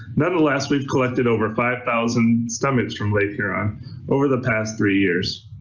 nonetheless, we've collected over five thousand stomachs from lake huron over the past three years.